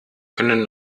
können